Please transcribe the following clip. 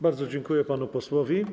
Bardzo dziękuję panu posłowi.